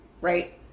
right